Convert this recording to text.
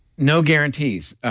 no guarantees,